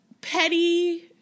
petty